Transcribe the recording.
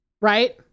Right